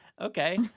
Okay